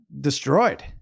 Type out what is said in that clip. destroyed